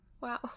Wow